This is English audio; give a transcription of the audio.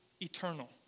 eternal